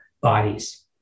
bodies